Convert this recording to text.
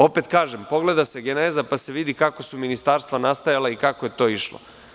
Opet kažem, pogleda se geneza, pa se vidi kako su ministarstva nastajala i kako je to išlo.